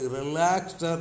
relaxed